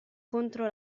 contro